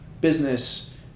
business